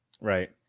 Right